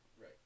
Right